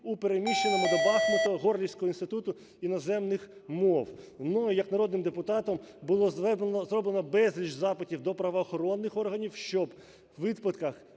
у переміщеному до Бахмутово Горлівського інституту іноземних мов. Мною як народним депутатом було зроблено безліч запитів до правоохоронних органів, щоб у випадках,